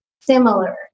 similar